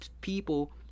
people